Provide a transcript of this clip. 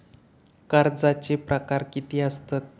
कर्जाचे प्रकार कीती असतत?